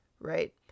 Right